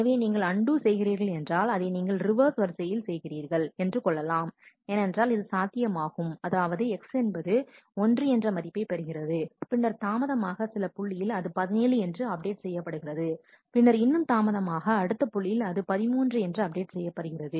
எனவே நீங்கள் அண்டு செய்கிறீர்கள் என்றால் அதை நீங்கள் ரிவர்ஸ் வரிசையில் செய்கிறீர்கள் என்று கொள்ளலாம் ஏனென்றால் இது சாத்தியமாகும் அதாவது X என்பது 1 என்ற மதிப்பைப் பெறுகிறது பின்னர் தாமதமாக சில புள்ளியில் அது 17 என்று அப்டேட் செய்யப்படுகிறது பின்னர் இன்னும் தாமதமாக அடுத்த புள்ளியில் அது 13 என்று அப்டேட் செய்யப்படுகிறது